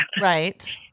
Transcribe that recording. right